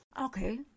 Okay